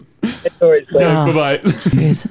Bye-bye